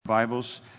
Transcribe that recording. Bibles